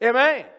Amen